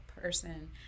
person